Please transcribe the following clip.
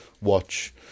watch